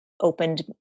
opened